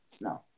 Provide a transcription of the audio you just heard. No